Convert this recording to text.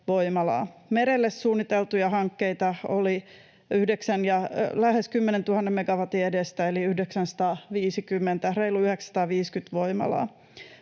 Merelle suunniteltuja hankkeita oli lähes 10 000 megawatin edestä eli 950, reilu